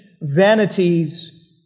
vanities